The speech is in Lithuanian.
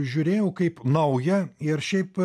žiūrėjau kaip naują ir šiaip